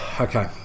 okay